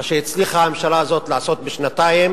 מה שהצליחה הממשלה הזאת לעשות בשנתיים